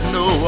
no